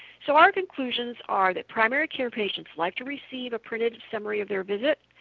so our conclusions are that primary care patients like to receive a printed summary of their visit.